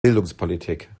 bildungspolitik